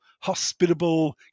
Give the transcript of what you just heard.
hospitable